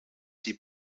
sie